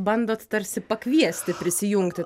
bandot tarsi pakviesti prisijungti